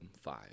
five